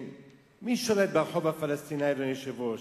מי שולט ברחוב הפלסטיני, אדוני היושב-ראש?